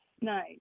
Nice